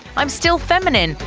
i'm still feminine,